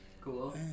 cool